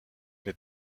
mais